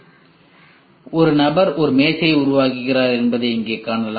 எனவே நபர் ஒரு மேசையை உருவாக்குகிறார் என்பதை இங்கே காணலாம்